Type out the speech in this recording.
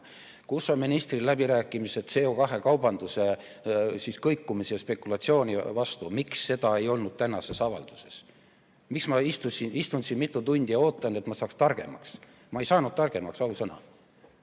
Kus on ministril läbirääkimised CO2‑kaubanduse kõikumise ja spekulatsiooni vastu? Miks seda ei olnud tänases avalduses? Miks ma istun siin mitu tundi ja ootan, et ma saaksin targemaks? Ma ei saanud targemaks, ausõna.